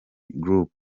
group